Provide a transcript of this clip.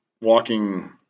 walking